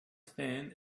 thing